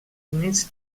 humits